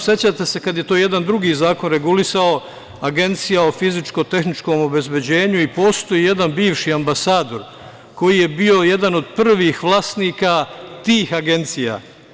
Sećate se kada je to jedan drugi zakon regulisao, Agencija o fizičko tehničkom obezbeđenju i postoji jedan bivši ambasador koji je bio i jedan od prvih vlasnika tih agencija.